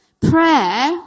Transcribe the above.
prayer